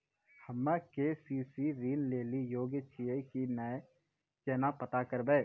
हम्मे के.सी.सी ऋण लेली योग्य छियै की नैय केना पता करबै?